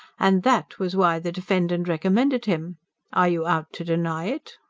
and that was why the defendant recommended him are you out to deny it?